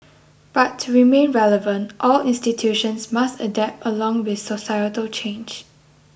but to remain relevant all institutions must adapt along with societal change